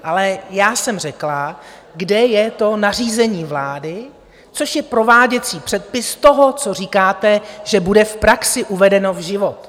Ale já jsem řekla, kde je to nařízení vlády, což je prováděcí předpis toho, co říkáte, že bude v praxi uvedeno v život?